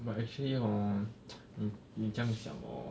but actually hor 你这样想 hor